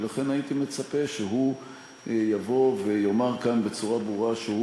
ולכן הייתי מצפה שהוא יבוא ויאמר כאן בצורה ברורה שהוא